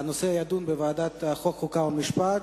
הנושא יידון בוועדת החוקה, חוק ומשפט.